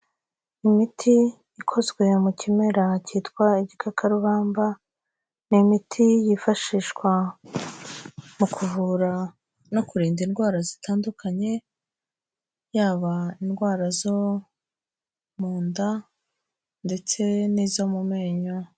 Imiti ikozwe mu kimera cyitwa igikakarubamba, ni imiti yifashishwa mu kuvura no kurinda indwara zitandukanye, yaba indwara zo mu nda ndetse n'izo mu menyo.